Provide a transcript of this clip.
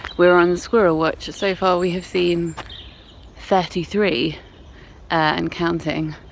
we're on the squirrel watch, so far we have seen thirty three and counting.